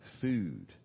food